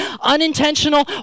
unintentional